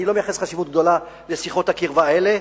אני לא מייחס חשיבות גדולה לשיחות הקרבה האלה,